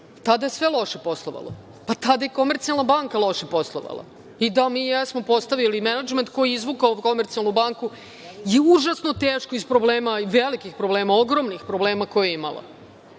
Tada je sve loše poslovalo. Tada je i „Komercijalna banka“ loše poslovala i da, mi jesmo postavili menadžment koji je izvukao „Komercijalnu banku“ iz užasno teškog problema i velikih problema, ogromnih problema koje je imala.